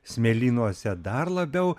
smėlynuose dar labiau